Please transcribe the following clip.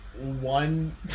one